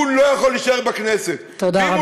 הוא לא יכול להישאר בכנסת, תודה רבה.